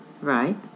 Right